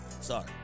Sorry